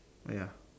ya